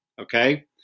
okay